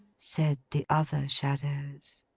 said the other shadows.